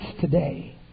today